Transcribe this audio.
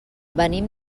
venim